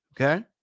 okay